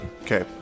Okay